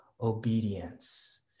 obedience